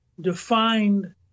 defined